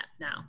now